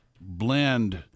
blend